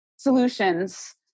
Solutions